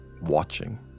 watching